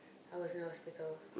I was in the hospital